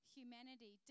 humanity